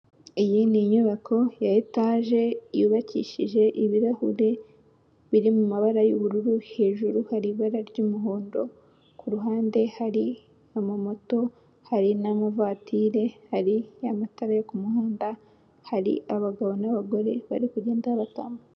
Iyi ni inyubako ya etaje yubakishije ibirahure biri mu mabara y'ubururu, hejuru hari ibara ry'umuhondo ku ruhande hari amamoto, hari n'amavatire, hari amatara yo ku muhanda, hari abagabo n'abagore bari kugenda batambuka.